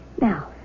now